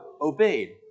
obeyed